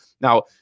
Now